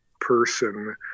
person